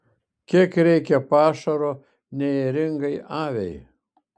kiek reikia pašaro neėringai aviai